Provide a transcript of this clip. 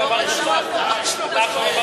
זה יהיה יותר מהר.